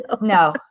no